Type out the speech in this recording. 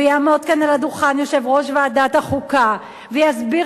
ויעמוד כאן על הדוכן יושב-ראש ועדת חוקה ויסביר